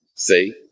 See